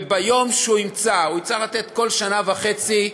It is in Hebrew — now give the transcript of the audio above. וביום שהוא ימצא, הוא יצטרך לתת בכל שנה וחצי דוח,